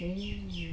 ఏ